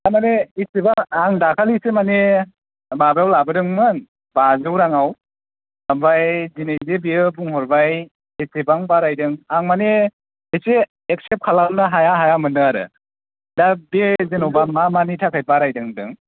थारमाने रिसिबा आं दाखालिसो माने माबायाव लाबोदोंमोन बाजौ राङाव ओमफ्राय दिनैजे बियो बुंहरबाय इसिबां बारायदों आं माने एसे एक्सेप्ट खालामनो हाया हाया मोनदों आरो दा बे जेनेबा मा मानि थाखाय बारायदों होनदों